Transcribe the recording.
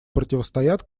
противостоят